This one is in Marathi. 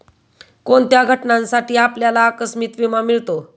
कोणत्या घटनांसाठी आपल्याला आकस्मिक विमा मिळतो?